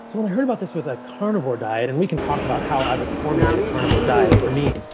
when i heard about this with a carnivore diet and we can talk about how i've ah formulated carnivore diet for me.